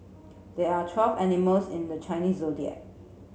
there are twelve animals in the Chinese Zodiac